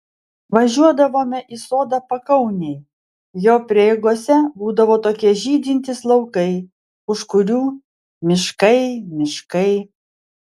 važiuodavome į sodą pakaunėj jo prieigose būdavo tokie žydintys laukai už kurių miškai miškai